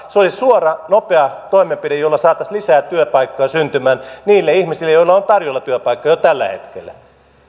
se olisi suora nopea toimenpide jolla saataisiin lisää työpaikkoja syntymään niille ihmisille joille on tarjolla työpaikkoja jo tällä hetkellä